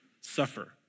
suffer